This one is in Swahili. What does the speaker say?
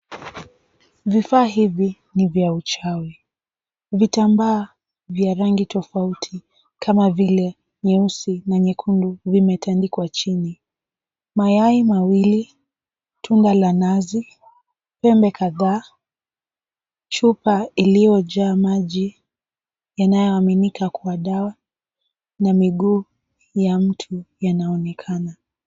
Vifaa hivi ni vya uchwawi. Vitambaa vya rangi tofauti kama vile nyeusi na nyekundu vimetandikwa chini. Mayai mawili, tuna la nazi wembe kadhaa, chupa iliyojaa maji inayoamainika kuwa dawa na miguu ya mtu yanaonekana.